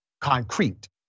concrete